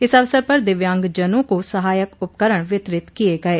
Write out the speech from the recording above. इस अवसर पर दिव्यांगजनों को सहायक उपकरण वितरित किये गये